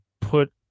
put